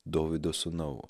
dovydo sūnau